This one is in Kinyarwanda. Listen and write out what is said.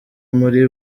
muri